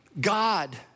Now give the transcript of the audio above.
God